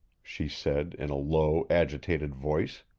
she said in a low, agitated voice.